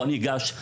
בואו ניגש,